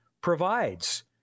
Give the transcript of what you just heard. provides